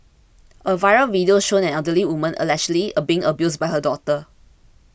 a viral video showing an elderly woman allegedly a being abused by her daughter